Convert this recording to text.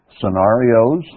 scenarios